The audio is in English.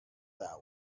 that